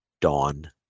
dawn